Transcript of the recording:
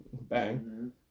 Bang